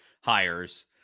hires